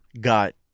got